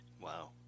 Wow